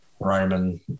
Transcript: Roman